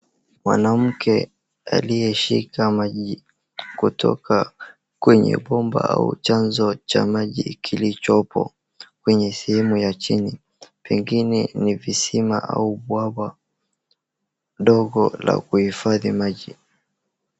Mwanamke aliyeshika maji kutoka kwenye bomba au chanzo cha maji kilichopo kwenye sehemu ya chini pengine ni visima au bwawa dogo la kuhifadhi maji.